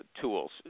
tools